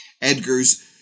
Edgar's